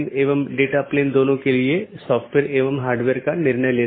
यहाँ multi home AS के 2 या अधिक AS या उससे भी अधिक AS के ऑटॉनमस सिस्टम के कनेक्शन हैं